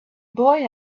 boy